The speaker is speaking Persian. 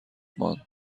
ماند